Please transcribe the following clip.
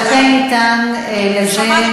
ולכן ניתן לזה,